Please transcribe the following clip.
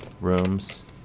rooms